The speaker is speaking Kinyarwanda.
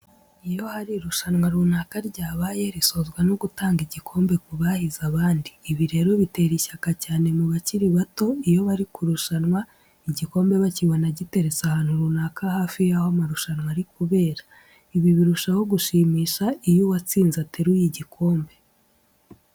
Iyo hari irushanwa runaka ryabaye risozwa no gutanga igikombe ku bahize abandi. Ibi rero bitera ishyaka cyane mu bakiri bato iyo bari kurushanwa igikombe bakibona giteretse ahantu runaka hafi yaho amarushanwa ari kubera. Ibi birushaho gushimisha iyo uwatsinze ateruye igikombe.